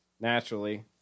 naturally